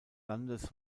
landes